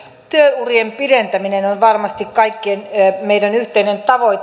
työurien pidentäminen on varmasti kaikkien meidän yhteinen tavoite